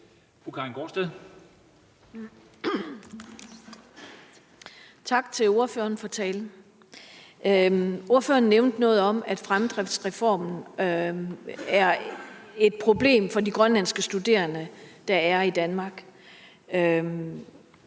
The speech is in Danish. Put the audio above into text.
Tak til ordføreren for talen. Ordføreren nævnte noget om, at fremdriftsreformen er et problem for de grønlandske studerende, der er i Danmark.